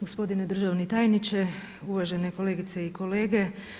Gospodine državni tajniče, uvažene kolegice i kolege.